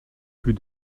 plus